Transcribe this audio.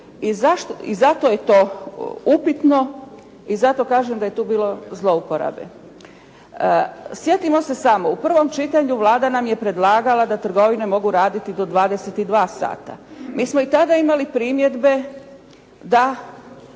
i zato je to upitno i zato kažem da je tu bilo zlouporabe. Sjetimo se samo u prvom čitanju Vlada nam je predlagala da trgovine mogu raditi do 22 sata. Mi smo i tada imali primjedbe da